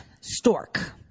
Stork